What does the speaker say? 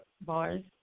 bars